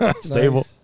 stable